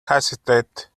hesitate